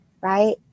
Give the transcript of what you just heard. right